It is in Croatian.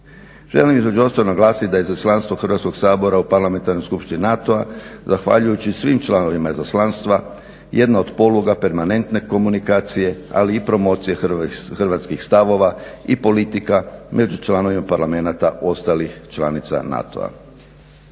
Želim između ostalog naglasiti da izaslanstvo Hrvatskog sabora u Parlamentarnoj skupštini NATO-a zahvaljujući svim članovima izaslanstva jedna od poluga permanentne komunikacije ali i promocije hrvatskih stavova i politika među članovima Parlamenata ostalih članica NATO-a.